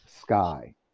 sky